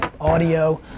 audio